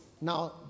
Now